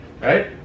Right